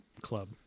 club